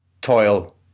toil